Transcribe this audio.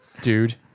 dude